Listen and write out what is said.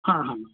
हा हा